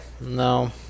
No